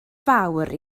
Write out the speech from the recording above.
fawr